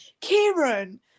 kieran